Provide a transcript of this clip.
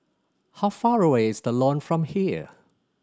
how far away is The Lawn from here